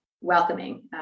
welcoming